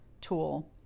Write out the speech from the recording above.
tool